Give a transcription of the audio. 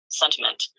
sentiment